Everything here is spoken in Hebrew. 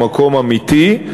ממקום אמיתי,